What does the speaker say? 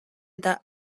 eta